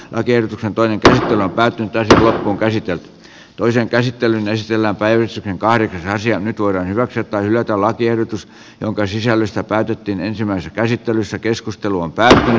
lääkeyrityksen toimintaa varten työ on käsityölle toisen käsittelyn esillä nyt voidaan hyväksyä tai hylätä lakiehdotus jonka sisällöstä päätettiin ensimmäisessä käsittelyssä keskustelu on päälle